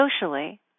Socially